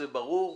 זה ברור,